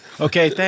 Okay